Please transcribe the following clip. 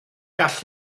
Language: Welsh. gall